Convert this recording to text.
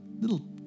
Little